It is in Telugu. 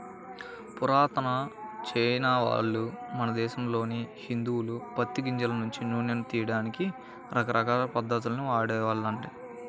పురాతన చైనావాళ్ళు, మన దేశంలోని హిందువులు పత్తి గింజల నుంచి నూనెను తియ్యడానికి రకరకాల పద్ధతుల్ని వాడేవాళ్ళు